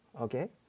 okay